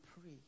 pray